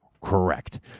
correct